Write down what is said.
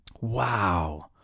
Wow